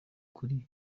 kuri